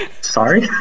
Sorry